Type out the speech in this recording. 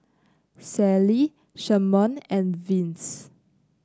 Sallie Sherman and Vince